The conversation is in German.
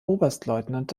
oberstleutnant